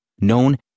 known